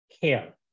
care